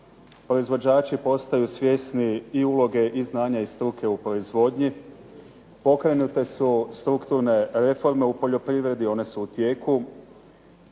Proizvođači postaju svjesni i uloge i znanja i struke u proizvodnji, pokrenute su strukturne reforme u poljoprivredi, one su u tijeku,